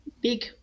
big